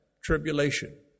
tribulation